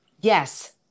Yes